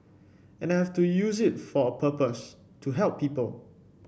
and I have to use it for a purpose to help people